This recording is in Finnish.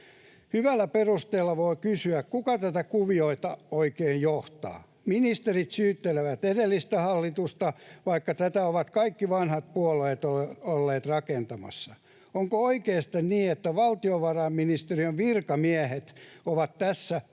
Hyvällä perusteella voi kysyä, kuka tätä kuviota oikein johtaa. Ministerit syyttelevät edellistä hallitusta, vaikka tätä ovat kaikki vanhat puolueet olleet rakentamassa. Onko oikeasti niin, että valtiovarainministeriön virkamiehet ovat tässä parhaita